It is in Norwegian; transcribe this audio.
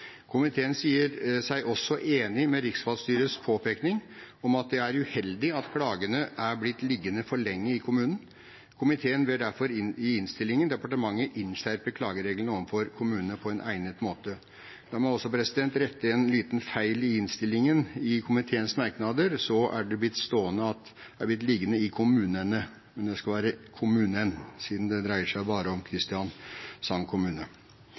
Komiteen sier seg også enig med riksvalgstyrets påpekning av at det er uheldig at klagene har blitt liggende for lenge i kommunen. Komiteen ber derfor i innstillingen departementet om å innskjerpe klagereglene overfor kommunene, på egnet måte. La meg også rette en liten feil i innstillingen i komiteens merknader. Det står: «har blitt liggende i kommunene» . Det skal være «kommunen», siden det bare dreier seg om Kristiansand kommune.